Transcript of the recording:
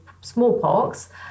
smallpox